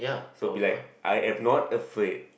so it'll be like I am not afraid